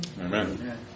Amen